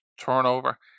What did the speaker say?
turnover